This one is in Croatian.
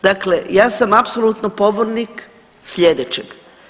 Dakle, ja sam apsolutno pobornik sljedećeg.